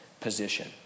position